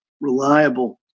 reliable